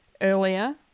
earlier